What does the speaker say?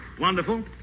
Wonderful